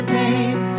name